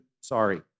Sorry